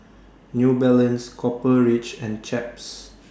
New Balance Copper Ridge and Chaps